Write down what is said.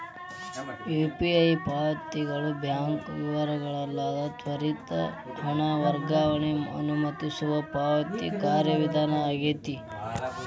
UPI ಪಾವತಿಗಳು bank ವಿವರಗಳಿಲ್ಲದ ತ್ವರಿತ ಹಣ ವರ್ಗಾವಣೆಗ ಅನುಮತಿಸುವ ಪಾವತಿ ಕಾರ್ಯವಿಧಾನ ಆಗೆತಿ